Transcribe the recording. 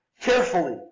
carefully